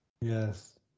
Yes